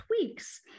tweaks